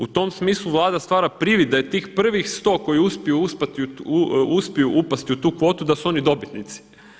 U tom smislu Vlada stvara privid da je tih prvih 100 koji uspiju upasti u tu kvotu da su oni dobitnici.